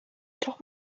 top